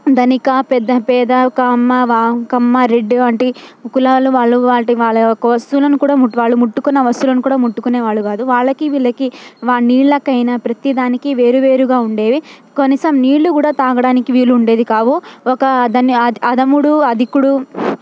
ధనిక పెద్ద పేద కమ్మ వామ్ కమ్మ రెడ్డి వంటి కులాల వాళ్ళు వాటి వాళ్ళ యొక్క వస్తువులను కూడా ము వాళ్ళు ముట్టుకున్న వస్తువులను కూడా ముట్టుకునే వాళ్ళుకాదు వాళ్ళకి వీళ్ళకి వ నీళ్ళకు అయినా ప్రతీదానికి వేరు వేరుగా ఉండేవి కనీసం నీళ్ళు కూడా తాగడానికి వీలు ఉండేది కావు ఒక దన్ని అధముడు అధికుడు